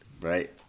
right